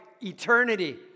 eternity